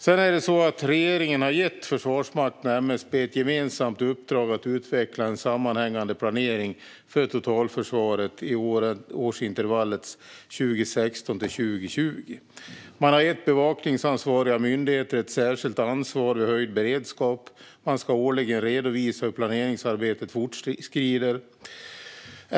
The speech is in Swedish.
Sedan är det så att regeringen har gett Försvarsmakten och MSB ett gemensamt uppdrag att utveckla en sammanhängande planering för totalförsvaret i årsintervallet 2016-2020. Man har gett bevakningsansvariga myndigheter ett särskilt ansvar och höjd beredskap. Man ska årligen redovisa hur planeringsarbetet fortskrider.